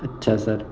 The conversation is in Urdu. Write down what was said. اچھا سر